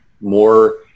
more